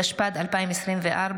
התשפ"ד 2024,